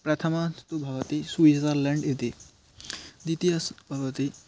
प्रथमस्तु भवति स्विज़र्ल्याण्ड् इति द्वितीयः भवति